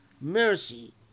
mercy